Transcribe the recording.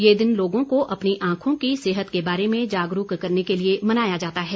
ये दिन लोगों को अपनी आंखों की सेहत के बारे में जागरूक करने के लिए मनाया जाता है